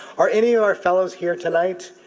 are any of our fellows here tonight?